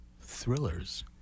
thrillers